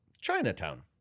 Chinatown